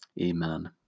Amen